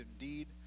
indeed